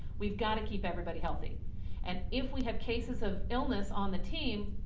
we've gotta keep everybody healthy and if we have cases of illness on the team,